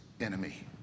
enemy